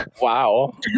Wow